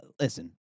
listen